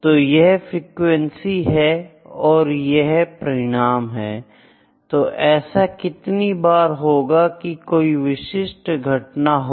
तो यह फ्रीक्वेंसी है और यह परिणाम है तो ऐसा कितनी बार होगा कि कोई विशिष्ट घटना हो